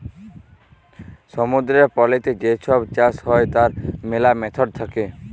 সমুদ্দুরের পলিতে যা ছব চাষ হ্যয় তার ম্যালা ম্যাথড থ্যাকে